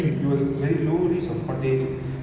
mm that's true but I think